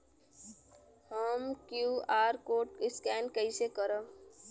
हम QR code scan कइसे करब?